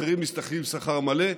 אחרים משתכרים שכר מלא,